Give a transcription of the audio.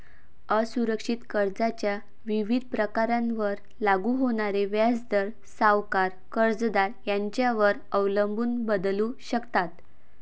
असुरक्षित कर्जाच्या विविध प्रकारांवर लागू होणारे व्याजदर सावकार, कर्जदार यांच्यावर अवलंबून बदलू शकतात